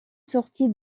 sorti